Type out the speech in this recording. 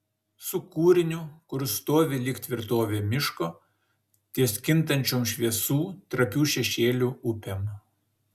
su kūriniu kurs stovi lyg tvirtovė miško ties kintančiom šviesų trapių šešėlių upėm